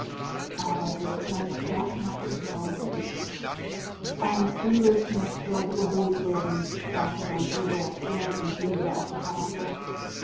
aber der kleine zwerg rührte sich nicht man sollte nach dem peitschenmeister schicken sagte don pedro müde und ging wieder auf die terrasse